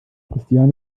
christiane